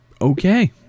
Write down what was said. Okay